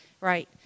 right